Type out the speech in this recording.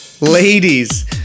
ladies